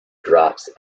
drops